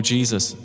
Jesus